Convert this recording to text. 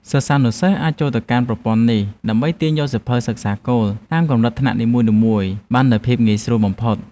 សិស្សានុសិស្សអាចចូលទៅកាន់ប្រព័ន្ធនេះដើម្បីទាញយកសៀវភៅសិក្សាគោលតាមកម្រិតថ្នាក់នីមួយៗបានដោយភាពងាយស្រួលបំផុត។